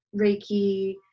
Reiki